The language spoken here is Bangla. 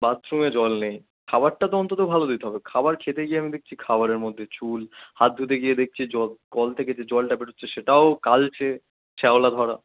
বাথরুমে জল নেই খাবারটা তো অন্তত ভালো দিতে হবে খাবার খেতে গিয়ে আমি দেখছি খাবারের মধ্যে চুল হাত ধুতে গিয়ে দেখছি জল কল থেকে যে জলটা বেরোচ্ছে সেটাও কালছে শ্যাওলা ধরা